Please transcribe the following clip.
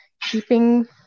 keeping